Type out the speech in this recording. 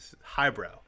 Highbrow